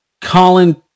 Colin